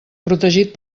protegit